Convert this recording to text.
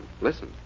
Listen